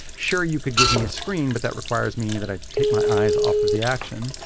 sure, you could give me a screen. but that requires me that i take my eyes off of the action.